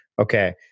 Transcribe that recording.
okay